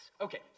Okay